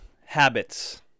habits